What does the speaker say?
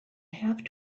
have